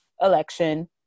election